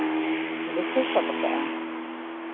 ᱩᱲᱤᱥᱥᱥᱟ ᱥᱟᱵ ᱠᱟᱜᱼᱟᱭ